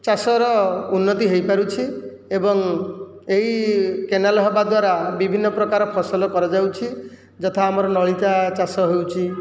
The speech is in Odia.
ଚାଷର ଉନ୍ନତି ହୋଇପାରୁଛି ଏବଂ ଏହି କେନାଲ ହେବା ଦ୍ୱାରା ବିଭିନ୍ନ ପ୍ରକାର ଫସଲ କରାଯାଉଛି ଯଥା ଆମର ନଳିତା ଚାଷ ହେଉଛି